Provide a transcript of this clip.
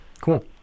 Cool